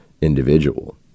individual